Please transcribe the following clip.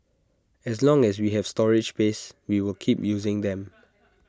as long as we have storage space we will keep using them